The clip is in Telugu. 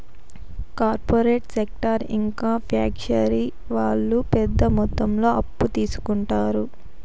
కార్పొరేట్ సెక్టార్ ఇంకా ఫ్యాక్షరీ వాళ్ళు పెద్ద మొత్తంలో అప్పు తీసుకుంటారు